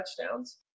touchdowns